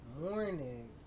morning